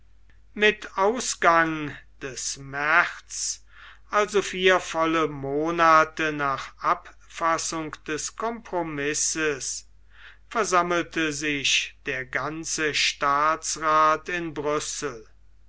mit ausgang des märz also vier volle monate nach abfassung des compromisses versammelte sich der ganze staatsrath in brüssel